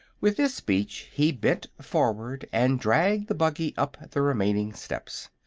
with this speech he bent forward and dragged the buggy up the remaining steps.